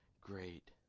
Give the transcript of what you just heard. great